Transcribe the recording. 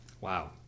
Wow